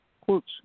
quotes